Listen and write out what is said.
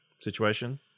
situation